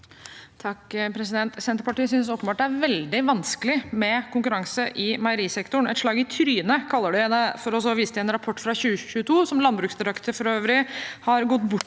(H) Senterpartiet synes åpenbart det er veldig vanskelig med konkurranse i meierisektoren. Et slag i trynet, kaller de det, for så å vise til en rapport fra 2022, som Landbruksdirektoratet for øvrig har gått bort